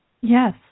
Yes